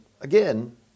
Again